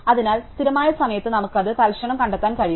അതിനാൽ സ്ഥിരമായ സമയത്ത് നമുക്ക് അത് തൽക്ഷണം കണ്ടെത്താൻ കഴിയും